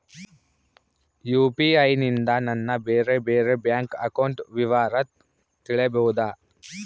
UPI ನಿಂದ ನನ್ನ ಬೇರೆ ಬೇರೆ ಬ್ಯಾಂಕ್ ಅಕೌಂಟ್ ವಿವರ ತಿಳೇಬೋದ?